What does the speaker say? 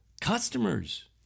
customers